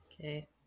Okay